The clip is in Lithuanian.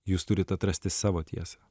jūs turit atrasti savo tiesą